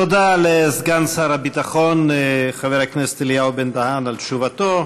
תודה לסגן שר הביטחון חבר הכנסת אלי בן-דהן על תשובתו,